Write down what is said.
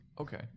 Okay